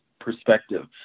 perspective